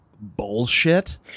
bullshit